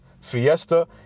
Fiesta